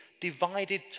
divided